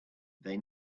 they